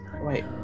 Wait